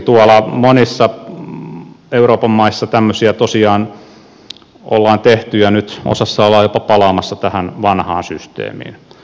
tuolla monissa euroopan maissa tämmöisiä tosiaan ollaan tehty ja nyt osassa ollaan jopa palaamassa tähän vanhaan systeemiin